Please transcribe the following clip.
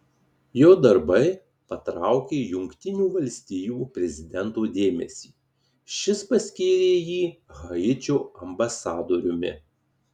jo darbai patraukė jungtinių valstijų prezidento dėmesį šis paskyrė jį haičio ambasadoriumi